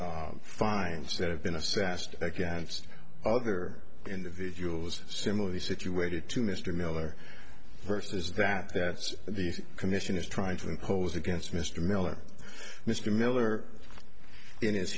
the fines that have been assessed against other individuals similarly situated to mr miller versus that that's the commission is trying to impose against mr miller mr miller in his